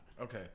Okay